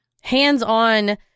Hands-on